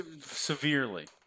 severely